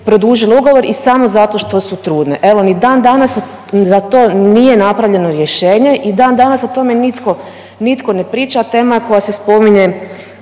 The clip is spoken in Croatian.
produžili ugovor i samo zato što su trudne. Evo ni dan danas za to nije napravljeno rješenje. I dan danas o tome nitko ne priča, a tema koja se spominje